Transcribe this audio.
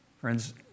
Friends